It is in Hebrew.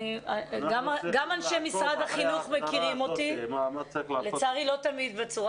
גם אנשי משרד החינוך מכירים אותי לצערי לא תמיד בצורה